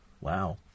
Wow